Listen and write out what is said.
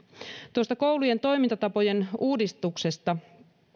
tuosta koulujen toimintatapojen uudistuksesta